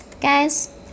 guys